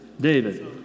David